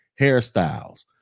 hairstyles